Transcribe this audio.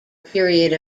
period